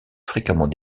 fréquemment